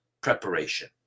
preparation